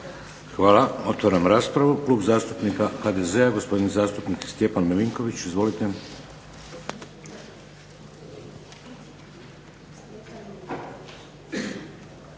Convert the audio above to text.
Hvala. Otvaram raspravu. Klub zastupnika HDZ-a, gospodin zastupnik Stjepan Milinković. Izvolite.